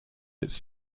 its